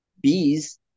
bees